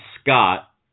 Scott